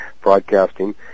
Broadcasting